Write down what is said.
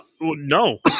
no